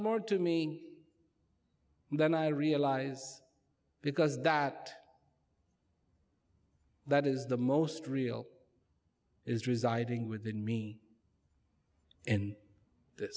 more to me than i realize because that that is the most real is residing within me in th